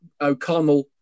O'Connell